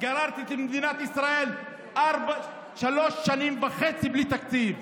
גררתם את מדינת ישראל שלוש שנים וחצי בלי תקציב.